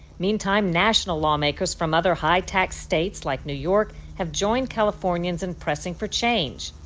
meantime, national lawmakers from other high tax states like new york have joined california in pressing for change.